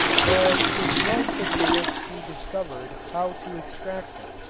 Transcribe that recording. but it was the chemist who discovered how to extract them.